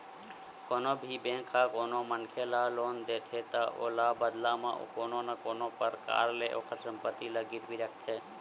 कोनो भी बेंक ह कोनो मनखे ल लोन देथे त ओहा बदला म कोनो न कोनो परकार ले ओखर संपत्ति ला गिरवी रखथे